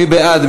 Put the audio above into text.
מי בעד?